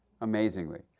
amazingly